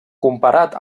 comparat